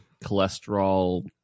Cholesterol